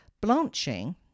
blanching